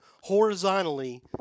horizontally